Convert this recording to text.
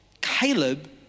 Caleb